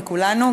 מכולנו,